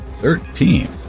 Thirteen